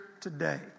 today